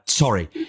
Sorry